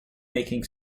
making